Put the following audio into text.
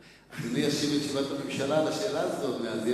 אדוני ודאי ישיב את תשובת הממשלה על השאלה הזאת עוד מעט.